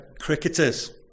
cricketers